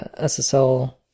SSL